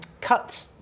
cut